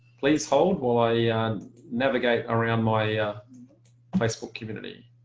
please hold while i navigate around my facebook community